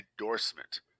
endorsement